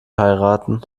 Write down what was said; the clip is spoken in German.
heiraten